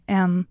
en